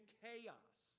chaos